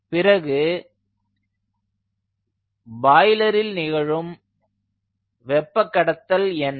பிறகு பாய்லரில் நிகழும் வெப்ப கடத்தல் என்ன